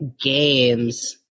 games